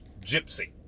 Gypsy